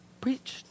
preached